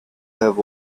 have